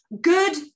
good